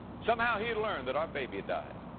somehow he'd learned that our baby had died.